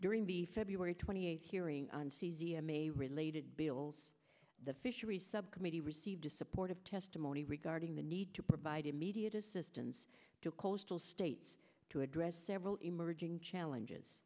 during the feb twenty eighth hearing on caesium a related bills the fisheries subcommittee received support of testimony regarding the need to provide immediate assistance to coastal states to address several emerging challenges